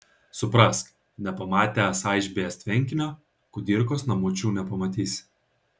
suprask nepamatęs aišbės tvenkinio kudirkos namučių nepamatysi